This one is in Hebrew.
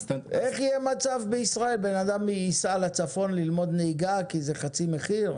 איך יהיה מצב בישראל בן אדם ייסע לצפון ללמוד נהיגה כי זה חצי מחיר?